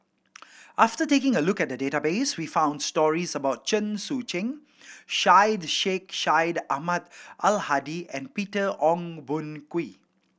after taking a look at the database we found stories about Chen Sucheng Syed Sheikh Syed Ahmad Al Hadi and Peter Ong Boon Kwee